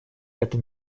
это